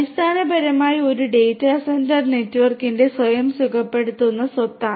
അടിസ്ഥാനപരമായി ഒരു data centre നെറ്റ്വർക്കിന്റെ സ്വയം സുഖപ്പെടുത്തുന്ന സ്വത്താണ്